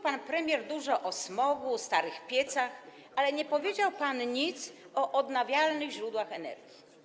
Pan premier dużo mówił o smogu, starych piecach, ale nie powiedział pan nic o odnawialnych źródłach energii.